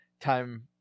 time